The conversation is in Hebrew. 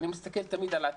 אני מסתכל תמיד על העתיד,